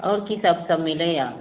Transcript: आओर की सब सब मिलैये